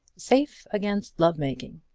safe against love-making!